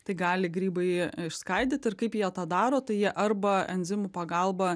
tai gali grybai išskaidyt ir kaip jie tą daro tai jie arba enzimų pagalba